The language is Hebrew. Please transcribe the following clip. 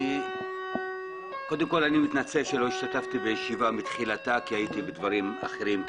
אני מתנצל שלא השתתפתי מתחילת הישיבה אבל הייתי בוועדות אחרות.